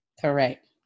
Correct